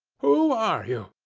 who are you?